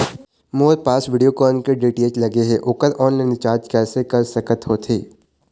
मोर पास वीडियोकॉन के डी.टी.एच लगे हे, ओकर ऑनलाइन रिचार्ज कैसे कर सकत होथे?